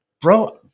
bro